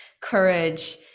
courage